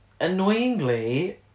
annoyingly